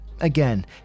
Again